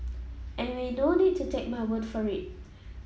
anyway no need to take my word for it